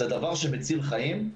זה דבר שמציל חיים.